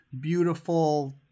beautiful